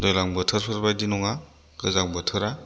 दैज्लां बोथोरफोर बायदि नङा गोजां बोथोरा